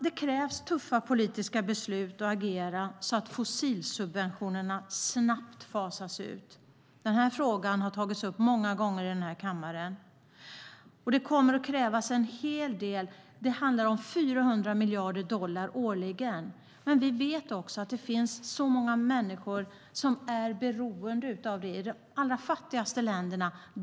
Det krävs tuffa politiska beslut om att agera så att fossilsubventionerna snabbt fasas ut. Den frågan har tagits upp många gånger här i kammaren. Det kommer att krävas en hel del. Det handlar om 400 miljarder dollar årligen. Vi vet också att det finns många människor som är beroende av detta i de allra fattigaste länderna.